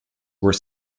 were